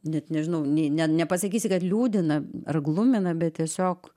net nežinau nė nepasakysi kad liūdina ar glumina bet tiesiog